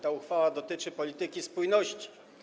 Ta uchwała dotyczy polityki spójności.